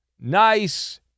nice